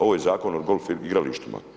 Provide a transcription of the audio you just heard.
Ovo je zakon o golf igralištima.